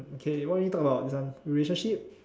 okay what do you want me to talk about this one relationship